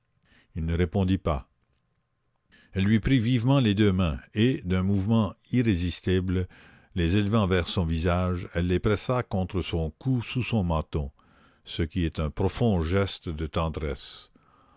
il ne répondit pas elle lui prit vivement les deux mains et d'un mouvement irrésistible les élevant vers son visage elle les pressa contre son cou sous son menton ce qui est un profond geste de tendresse